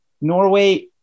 Norway